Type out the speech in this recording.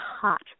hot